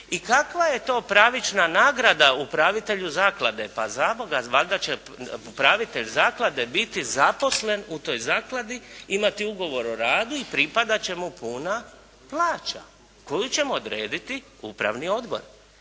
I kakva je to pravična nagrada upravitelju zaklade? Pa zaboga valjda će upravitelj zaklade biti zaposlen u toj zakladi, imati ugovor o radu i pripadati će mu puna plaća koju će mu odrediti upravni odbor.